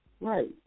right